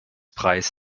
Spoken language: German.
preis